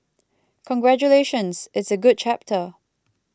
congratulations it's a good chapter